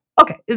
Okay